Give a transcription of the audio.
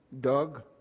Dog